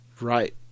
Right